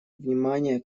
внимания